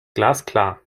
glasklar